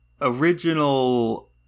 original